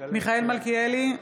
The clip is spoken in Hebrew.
מיכאל מלכיאלי,